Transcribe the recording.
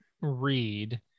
read